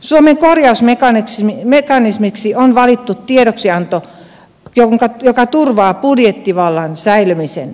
suomen korjausmekanismiksi on valittu tiedoksianto joka turvaa budjettivallan säilymisen